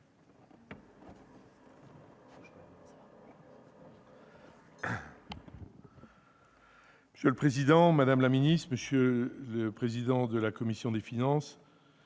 Monsieur le président, madame la ministre, monsieur le président de la commission, madame,